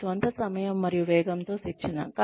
ఒకరి స్వంత సమయం మరియు వేగంతో శిక్షణ